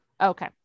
Okay